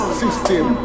system